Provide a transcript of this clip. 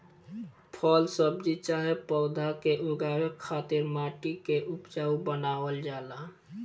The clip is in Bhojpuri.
फल सब्जी चाहे पौधा के उगावे खातिर माटी के उपजाऊ बनावल जाला